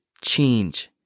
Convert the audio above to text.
change